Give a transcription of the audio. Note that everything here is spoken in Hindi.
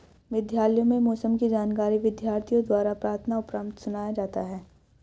विद्यालयों में मौसम की जानकारी विद्यार्थियों द्वारा प्रार्थना उपरांत सुनाया जाता है